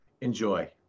Enjoy